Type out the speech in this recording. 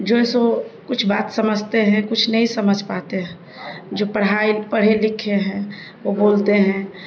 جو ہے سو وہ کچھ بات سمجھتے ہیں کچھ نہیں سمجھ پاتے ہیں جو پڑھائی پڑھے لکھے ہیں وہ بولتے ہیں